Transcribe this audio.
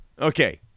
Okay